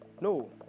no